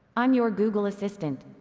i'm your google assistant.